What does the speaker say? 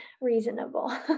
reasonable